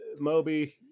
Moby